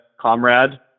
comrade